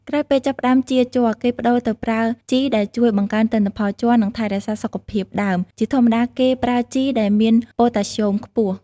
ក្រោយពេលចាប់ផ្តើមចៀរជ័រ គេប្តូរទៅប្រើជីដែលជួយបង្កើនទិន្នផលជ័រ និងថែរក្សាសុខភាពដើម ជាធម្មតាគេប្រើជីដែលមានប៉ូតាស្យូមខ្ពស់។